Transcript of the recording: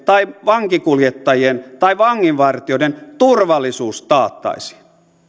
tai vankikuljettajien tai vanginvartijoiden turvallisuus taattaisiin